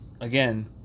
again